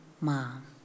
Mom